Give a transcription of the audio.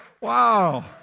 Wow